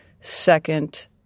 second